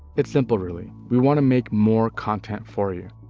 it's simple really, we want to make more content for you,